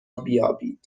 بیابید